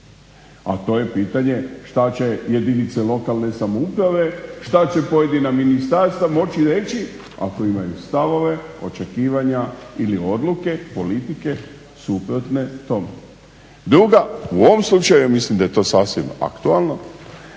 a to je pitanje što će jedinice lokalne samouprave što će pojedina ministarstva moći reći ako imaju stavove, očekivanja ili odluke politike suprotne tome? Druga, u ovom slučaju ja mislim da je to sasvim aktualno,